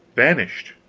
vanished,